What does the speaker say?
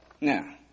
Now